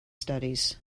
studies